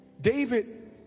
David